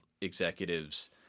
executives